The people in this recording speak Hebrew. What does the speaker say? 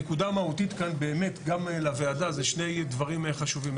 הנקודה המהותית כאן באמת גם לוועדה זה שני דברים חשובים.